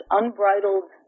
unbridled